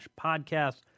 podcast